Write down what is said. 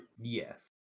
Yes